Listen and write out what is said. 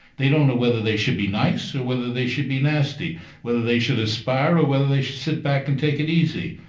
they don't know whether they should be nice or whether they should be nasty whether should aspire or whether they should sit back and take it easy.